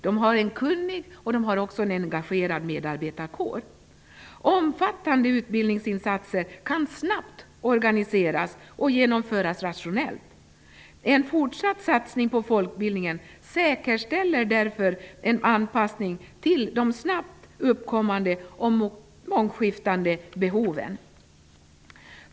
De har en kunnig och engagerad medarbetarkår. Omfattande utbildningsinsatser kan snabbt organiseras och genomföras rationellt. En fortsatt satsning på folkbildningen säkerställer därför en anpassning till de snabbt uppkommande och mångskiftande behoven.